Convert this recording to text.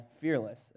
Fearless